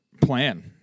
plan